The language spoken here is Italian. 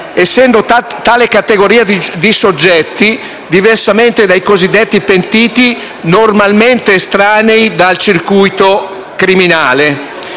essendo tale categoria di soggetti, diversamente dai cosiddetti pentiti, normalmente estranea al circuito criminale.